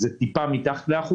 זה טיפה מתחת ל-1%,